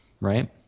right